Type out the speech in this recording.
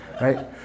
Right